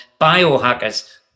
biohackers